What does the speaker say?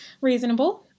Reasonable